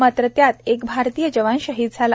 मात्र त्यात एक भारतीय जवान शहीद झाला